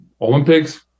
Olympics